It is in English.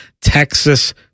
Texas